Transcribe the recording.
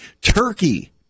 Turkey